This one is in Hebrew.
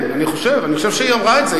כן, אני חושב, אני חושב שהיא אמרה את זה.